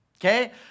Okay